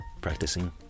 practicing